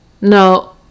No